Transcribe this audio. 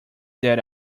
that